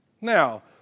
Now